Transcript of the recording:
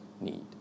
need